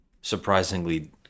Surprisingly